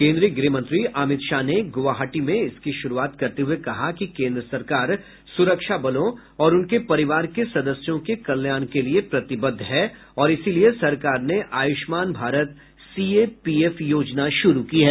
केन्द्रीय गृहमंत्री अमित शाह ने गुवाहाटी में इसकी शुरूआत करते हुए कहा कि कोन्द्र सरकार सुरक्षाबलों और उनके परिवार के सदस्यों के कल्याण के लिए प्रतिबद्ध है और इसीलिए सरकार ने आयुष्मान भारत सीएपीएफ योजना शुरू की है